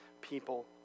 people